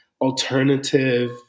alternative